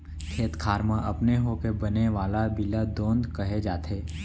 खेत खार म अपने होके बने वाला बीला दोंद कहे जाथे